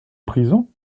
prison